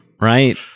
Right